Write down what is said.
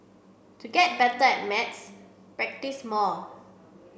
to get better at maths practise more